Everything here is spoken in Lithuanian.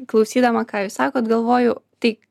klausydama ką jūs sakot galvoju tai